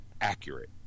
accurate